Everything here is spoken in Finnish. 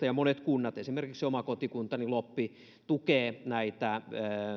ja monet kunnat esimerkiksi oma kotikuntani loppi tukevat näitä